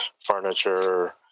furniture